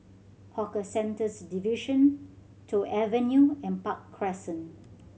Hawker Centres Division Toh Avenue and Park Crescent